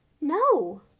No